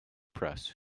press